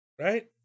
Right